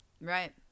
Right